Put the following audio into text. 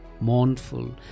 mournful